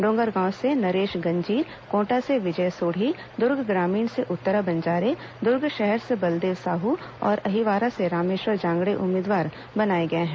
डोंगरगांव से नरेश गंजीर कोंटा से विजय सोढी दुर्ग ग्रामीण से उत्तरा बंजारे दुर्ग शहर से बलदेव साहू और अहिवारा से रामेश्वर जांगड़े उम्मीदवार बनाए गए हैं